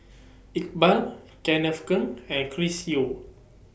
Iqbal Kenneth Keng and Chris Yeo